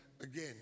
again